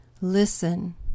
listen